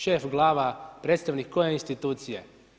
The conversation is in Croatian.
Šef, glava, predstavnik koje institucije?